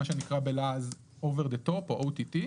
מה שקרא בלעז over the top או OTT,